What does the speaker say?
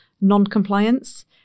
non-compliance